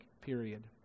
Period